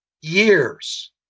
years